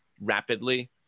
rapidly